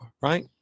right